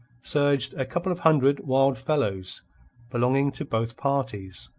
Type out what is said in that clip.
surged a couple of hundred wild fellows belonging to both parties,